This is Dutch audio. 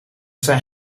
zijn